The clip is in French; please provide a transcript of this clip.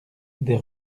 des